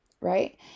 right